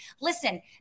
Listen